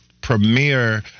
premiere